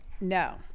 No